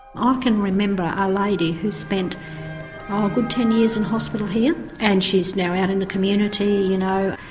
ah can remember a lady who spent ah a good ten years in hospital here and she's now out in the community, you know.